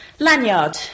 lanyard